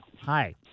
Hi